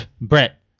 Brett